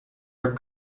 our